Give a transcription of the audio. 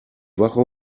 wache